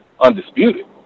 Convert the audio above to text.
undisputed